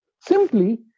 simply